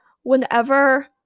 whenever